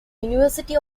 university